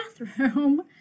bathroom